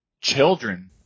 children